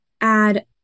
add